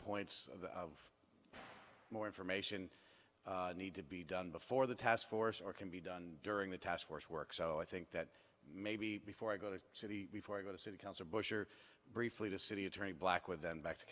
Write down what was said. points of more information need to be done before the task force or can be done during the task force work so i think that maybe before i go to city before going to city council bush or briefly the city attorney black with them back to